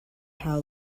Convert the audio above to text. how